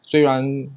虽然